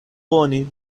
bone